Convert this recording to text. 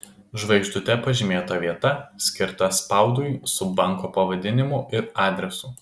žvaigždute pažymėta vieta skirta spaudui su banko pavadinimu ir adresu